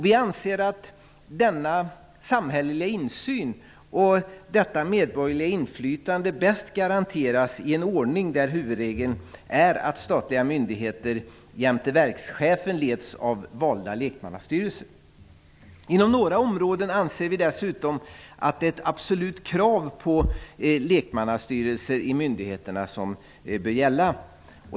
Vi anser att denna samhälleliga insyn och detta medborgerliga inflytande bäst garanteras i en ordning där huvudregeln är att statliga myndigheter jämte verkschefen leds av valda lekmannastyrelser. Inom några områden anser vi dessutom att ett absolut krav på lekmannastyrelser i myndigheterna bör gälla.